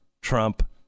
Trump